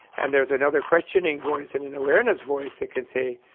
and there's another questioning voice and an awareness voice that can say,